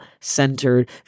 centered